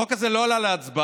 החוק הזה לא עלה להצבעה,